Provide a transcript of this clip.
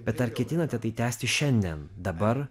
bet ar ketinate tai tęsti šiandien dabar